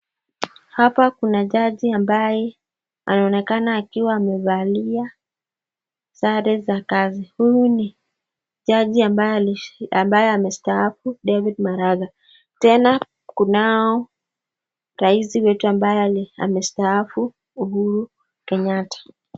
Hapa kuna jaji ambaye anaonekana akiwa amevalia sare za kazi. Huyu ni jaji ambaye amestaafu David Maraga. Tena kunao rais wetu ambaye amestaafu Uhuru Kenyatta.